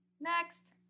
Next